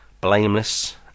blameless